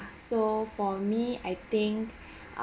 so for me I think